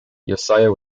josiah